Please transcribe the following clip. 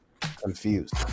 confused